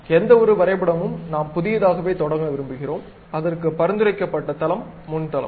எந்தவொரு வரைபடமும் நாம் புதியதாகவே தொடங்க விரும்புகிறோம் அதற்கு பரிந்துரைக்கப்பட்ட தளம் முன்தளம்